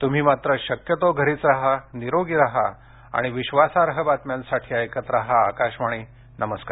तुम्ही मात्र शक्यतो घरीच राहा निरोगी राहा आणि विश्वासार्ह बातम्यांसाठी ऐकत राहा आकाशवाणी नमस्कार